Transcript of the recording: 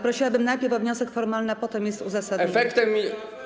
Prosiłabym najpierw o wniosek formalny, a potem jego uzasadnienie.